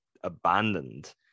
abandoned